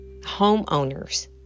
homeowners